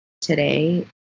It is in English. today